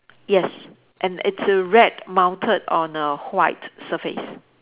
yes and it's a red mounted on a white surface